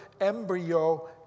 embryo